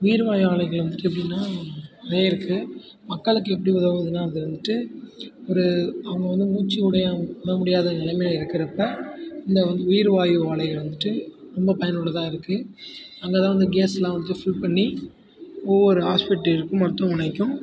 உயிர்வாயு ஆலைகளின் முக்கியத்துவம்னா நிறைய இருக்கு மக்களுக்கு எப்படி உதவுதுனா அது வந்துட்டு ஒரு அவங்க வந்து மூச்சு விட விடமுடியாத நிலைமையில் இருக்கிறப்ப இந்த உயிர் வாயு ஆலைகள் வந்துட்டு ரொம்ப பயனுள்ளதாக இருக்கு அங்கேதான் வந்து கேஸ் எல்லாம் வந்து ஃபில் பண்ணி ஒவ்வொரு ஹாஸ்பிட்டலுக்கும் மருத்துவமனைக்கும்